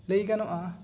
ᱞᱟᱹᱭ ᱜᱟᱱᱚᱜ ᱟ